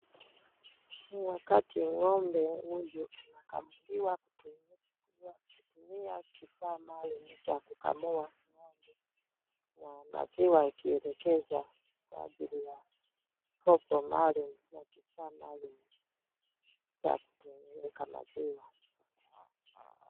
Ni wakati ng'ombe huyu anakamuliwa kutumia kifaa maalum cha kukamua ng'ombe na maziwa ikielekeza kwa ajili ya kopo maalum na kifaa maalum cha kutundika maziwa.